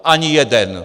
Ani jeden!